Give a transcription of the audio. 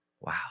Wow